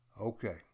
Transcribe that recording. Okay